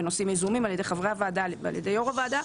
בנושאים יזומים על ידי חברי הוועדה ועל ידי יו"ר הוועדה,